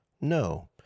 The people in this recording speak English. No